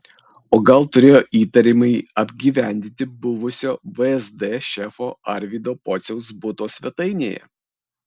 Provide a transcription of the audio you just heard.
o gal turėjo įtariamąjį apgyvendinti buvusio vsd šefo arvydo pociaus buto svetainėje